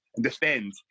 defend